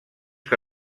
que